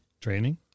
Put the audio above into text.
Training